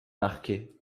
marquet